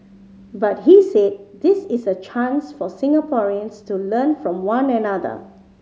but he said this is a chance for Singaporeans to learn from one another